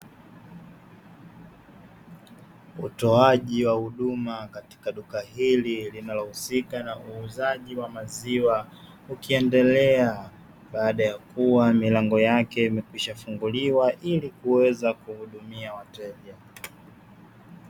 Utoaji wa huduma katika duka hili linalohusika na uuzaji wa maziwa ukiendelea, baada ya kua milango yake imekwisha funguliwa ili kuweza kuhudumia wateja.